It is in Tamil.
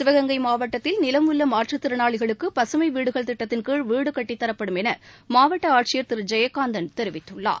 சிவகங்கை மாவட்டத்தில் நிலம் உள்ள மாற்றுத் திறனாளிகளுக்கு பசுமை வீடுகள் திட்டத்தின் கீழ் வீடு கட்டித்தரப்படும் என மாவட்ட ஆட்சியர் திரு ஜெயகாந்தன் தெரிவித்துள்ளார்